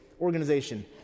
organization